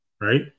Right